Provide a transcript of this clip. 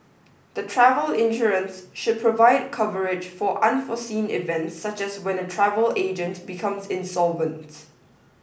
the travel insurance should provide coverage for unforeseen events such as when a travel agent becomes insolvent